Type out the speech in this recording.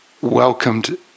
welcomed